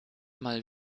mal